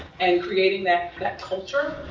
and creating that that culture.